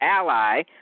ally